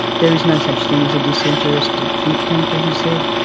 there is no such thing as a disinterested think tanker, he said.